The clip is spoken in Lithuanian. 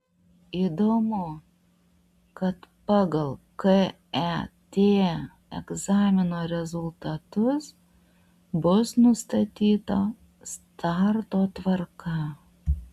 įdomu kad pagal ket egzamino rezultatus bus nustatyta starto tvarka